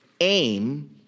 Aim